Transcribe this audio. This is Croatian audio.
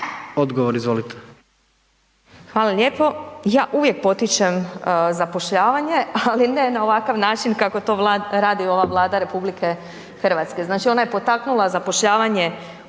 Sabina (SDP)** Hvala lijepo. Ja uvijek potičem zapošljavanje, ali ne na ovakav način kako to radi ova Vlada RH. Znači ona je potaknula zapošljavanje